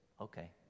Okay